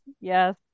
yes